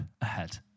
ahead